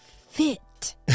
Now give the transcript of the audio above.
fit